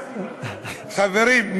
חברים.